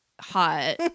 hot